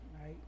Right